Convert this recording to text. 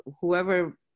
whoever